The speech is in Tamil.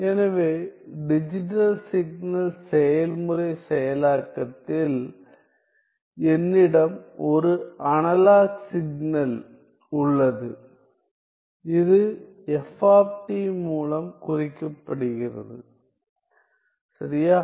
எனவே டிஜிட்டல் சிக்னல் செயல்முறை செயலாக்கத்தில் என்னிடம் ஒரு அனலாக் சிக்னல் உள்ளது இது f மூலம் குறிக்கப்படுகிறது சரியா